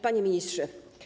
Panie Ministrze!